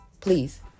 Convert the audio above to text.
please